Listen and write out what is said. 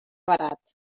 barat